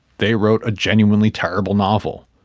they wrote a genuinely terrible novel.